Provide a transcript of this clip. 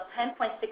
$10.6